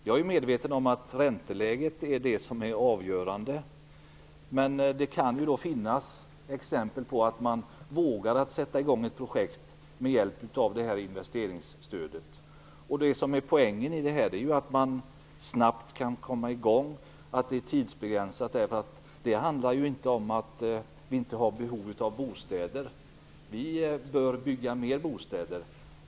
Jag är medveten om att ränteläget är det som är avgörande, men det kan finnas exempel på att man vågar sätta i gång ett projekt med hjälp av det här investeringsstödet. Det som är poängen i det här är ju att man snabbt kan komma i gång, att det är tidsbegränsat. Det handlar ju inte om att vi inte har behov av bostäder. Vi bör bygga mer bostäder.